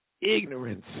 Ignorance